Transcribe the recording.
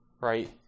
right